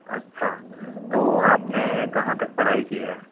अच्छा तो आप ने कहाँ तक पढ़ाई की है